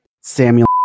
Samuel